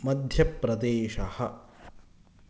मध्यप्रदेशः